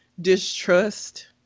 distrust